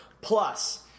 Plus